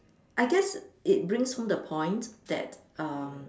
I guess it brings home the point that um